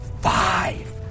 five